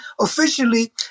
Officially